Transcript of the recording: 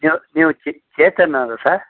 ನೀವು ನೀವು ಚೇತನ್ ಅವ್ರಾ ಸರ್